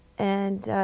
and